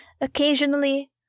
Occasionally